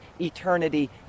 eternity